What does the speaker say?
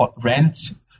rents